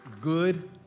good